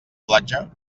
platja